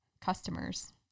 customers